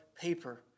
paper